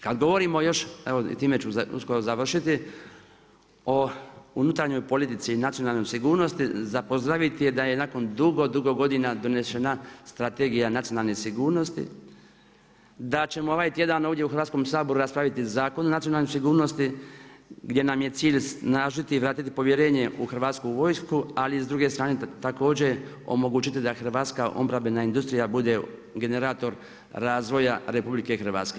Kad govorimo još, evo i time ću uskoro završiti, o unutarnjoj politici i nacionalnoj sigurnosti, za pozdraviti je da je nakon dugo, dugo godina donešenje strategija nacionalne sigurnosti, da ćemo ovaj tjedan ovdje u Hrvatskom saboru, raspravljati Zakon o nacionalnoj sigurnosti, gdje nam je cilj osnažiti i vratiti povjerenje u Hrvatsku vojsku, ali s druge strane također, omogućiti da hrvatska obrambena industrija bude generator razvoja RH.